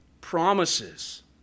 promises